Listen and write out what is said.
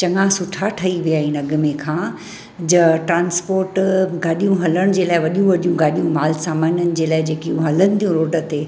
चङा सुठा ठही विया आहिनि अॻिमे खां ज ट्रांसपोट गाॾियूं हलण जे लाइ वॾियूं वॾियूं गाॾियूं माल समाननि जे लाइ जेकियूं हलनि थियूं रोड ते